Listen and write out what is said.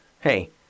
hey